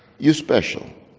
you're special.